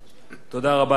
אנחנו ממשיכים בסדר-היום.